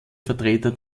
vertreter